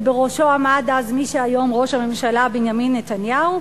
שבראשו עמד אז מי שהיום ראש הממשלה בנימין נתניהו,